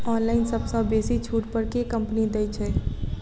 Online सबसँ बेसी छुट पर केँ कंपनी दइ छै?